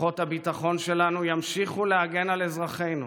כוחות הביטחון שלנו ימשיכו להגן על אזרחינו,